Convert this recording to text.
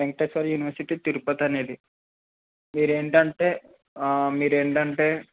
Venkateswara University Tirupati అనేది మీరేంటి అంటే మీరేంటి అంటే